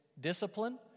discipline